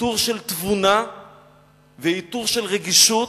עיטור של תבונה ועיטור של רגישות,